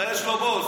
הרי יש לו בוס.